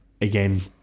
again